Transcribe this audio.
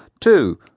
Two